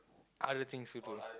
other things to do